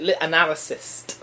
analysis